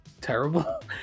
terrible